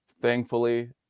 thankfully